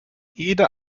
jede